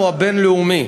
לכך.